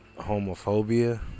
Homophobia